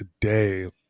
today